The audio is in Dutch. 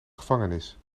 gevangenis